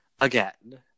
again